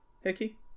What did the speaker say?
Hickey